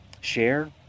share